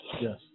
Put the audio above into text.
Yes